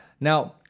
Now